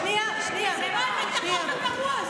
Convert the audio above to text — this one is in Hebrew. את החוק הפרוע הזה.